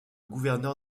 gouverneur